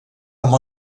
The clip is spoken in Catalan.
amb